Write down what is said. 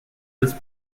this